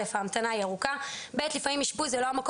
כי ההמתנה היא ארוכה ולפעמים אישפוז זה לא המקום